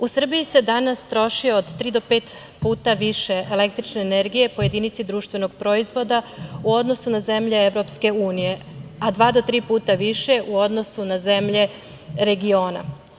U Srbiji se danas troši od tri do pet puta više električne energije po jedinici društvenog proizvoda, u odnosu na zemlje EU, a dva do tri puta više u odnosu na zemlje regiona.